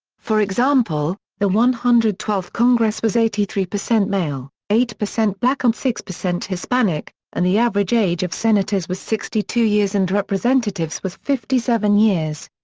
for example, the one hundred and twelfth congress was eighty three percent male, eight percent black and six percent hispanic, and the average age of senators was sixty two years and representatives was fifty seven years.